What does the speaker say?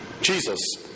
Jesus